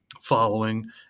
following